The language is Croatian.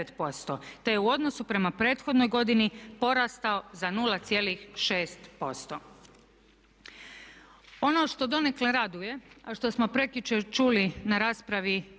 te je u odnosu prema prethodnoj godini porastao za 0,6%. Ono što donekle raduje a što smo prekjučer čuli na raspravi na